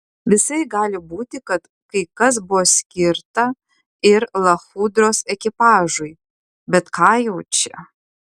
visai gali būti kad kai kas buvo skirta ir lachudros ekipažui bet ką jau čia